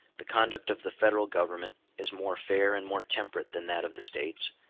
the conduct of the federal government is more fair and more temperate than that of the states,